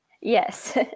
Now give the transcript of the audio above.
Yes